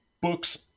books